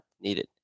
needed